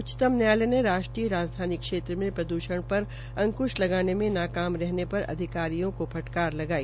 उच्चतम न्यायालय ने राष्ट्रीय राजधानी क्षेत्र में प्रद्षण पर अकंश लगाने में नाकाम रहने पर अधिकारियों को फटकार लगाई